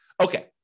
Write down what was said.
Okay